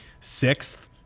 sixth